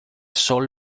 sole